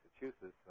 Massachusetts